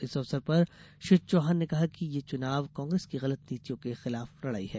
इस अवसर पर श्री चौहान ने कहा कि ये चुनाव कांग्रेस की गलत नीतियों के खिलाफ लड़ाई है